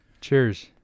Cheers